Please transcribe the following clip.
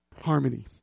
harmony